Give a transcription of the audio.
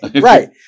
Right